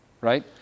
Right